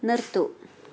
നിർത്തൂ